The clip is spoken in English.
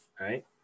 right